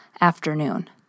afternoon